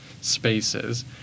spaces